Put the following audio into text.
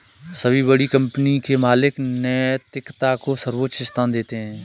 सभी बड़ी कंपनी के मालिक नैतिकता को सर्वोच्च स्थान देते हैं